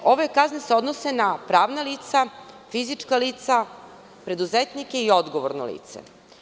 Ove kazne se odnose na pravna lica, fizička lica, preduzetnike i odgovorno lice.